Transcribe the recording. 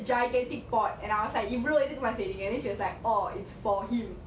gigantic pot and I was like you really didn't my fading and then she was like oh it's for him